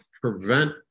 prevent